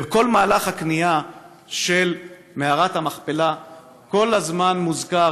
בכל מהלך הקנייה של מערת המכפלה כל הזמן מוזכר,